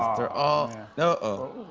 they're all no. oh.